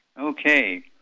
Okay